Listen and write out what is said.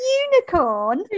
unicorn